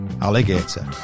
Alligator